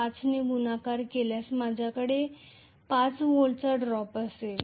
5 ने गुणाकार केल्यास माझ्याकडे 5 V ड्रॉप असेल